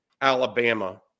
Alabama